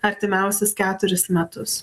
artimiausius keturis metus